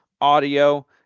audio